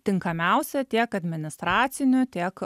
tinkamiausia tiek administraciniu tiek